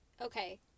Okay